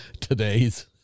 today's